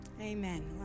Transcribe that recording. amen